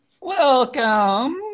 Welcome